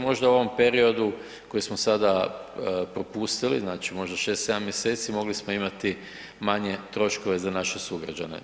Možda u ovom periodu koji smo sada propustili, znači možda šest, sedam mjeseci mogli smo imati manje troškove za naše sugrađane.